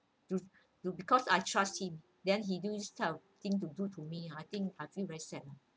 to to because I trusted him then he do this type of thing to do to me I think I feel very sad ah